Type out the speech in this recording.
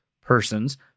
persons